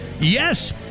yes